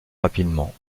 rapidement